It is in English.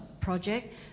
project